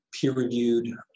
peer-reviewed